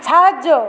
সাহায্য